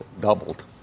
doubled